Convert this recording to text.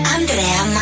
Andrea